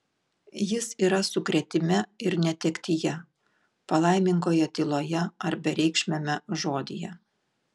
jis yra sukrėtime ir netektyje palaimingoje tyloje ar bereikšmiame žodyje